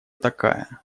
такая